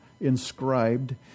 Inscribed